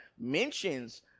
mentions